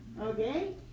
Okay